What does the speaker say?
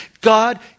God